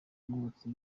umwotsi